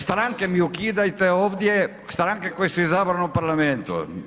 Stranke mi ukidate ovdje, stranke koje su izabrane u parlamentu.